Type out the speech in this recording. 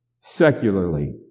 Secularly